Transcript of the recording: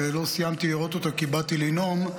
שלא סיימתי לראות אותה כי באתי לנאום,